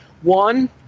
One